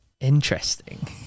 Interesting